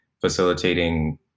facilitating